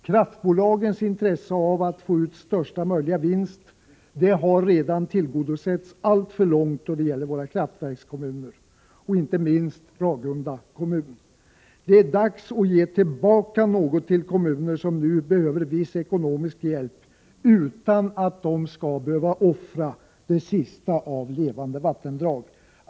Kraftbolagens intresse av att få ut största möjliga vinst har redan tillgodosetts alltför mycket då det gäller våra kraftverkskommuner, inte minst beträffande Ragunda kommun. Det är dags att ge tillbaka något till kommuner, som nu behöver viss ekonomisk hjälp, utan att de skall behöva offra det sista av levande vattendrag.